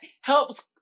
helps